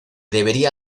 debería